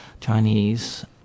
Chinese